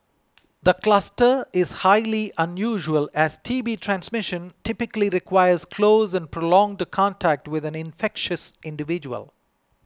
the cluster is highly unusual as T B transmission typically requires close and prolonged contact with an infectious individual